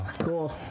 Cool